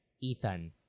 Ethan